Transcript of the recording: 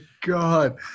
God